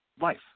life